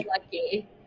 lucky